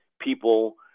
people